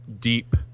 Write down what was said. deep